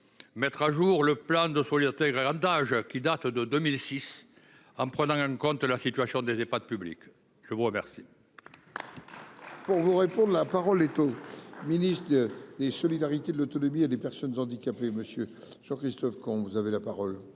mettre à jour le plan Solidarité grand âge, qui date de 2006, en prenant en compte la situation des Ehpad publics ? La parole